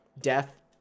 Death